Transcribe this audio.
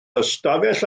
ystafell